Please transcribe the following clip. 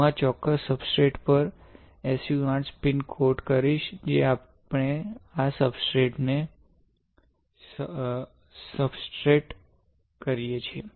હું આ ચોક્કસ સબસ્ટ્રેટ પર SU 8 સ્પિન કોટ કરીશ જે આપણે આ સબસ્ટ્રેટ ને સબસ્ટ્રેટ કરીએ છીએ